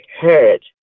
heard